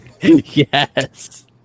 Yes